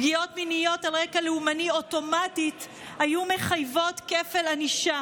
פגיעות מיניות על רקע לאומני אוטומטית היו מחייבות כפל ענישה: